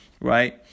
right